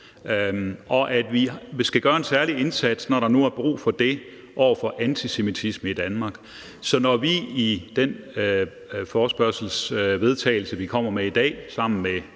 Vi skal gøre en særlig indsats, når der nu er brug for dét, over for antisemitisme i Danmark. Så når vi i det forslag til vedtagelse, vi kommer med i dag sammen med